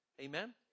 Amen